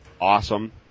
Awesome